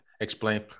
Explain